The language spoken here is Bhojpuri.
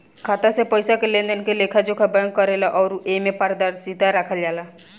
खाता से पइसा के लेनदेन के लेखा जोखा बैंक करेले अउर एमे पारदर्शिता राखल जाला